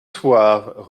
soir